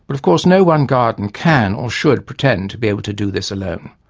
but of course no one garden can, or should pretend to be able to do this alone,